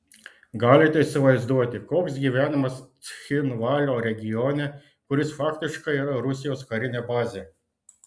galite įsivaizduoti koks gyvenimas cchinvalio regione kuris faktiškai yra rusijos karinė bazė